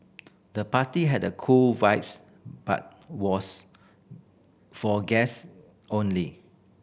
the party had a cool vibes but was for guest only